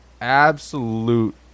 absolute